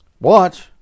Watch